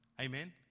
Amen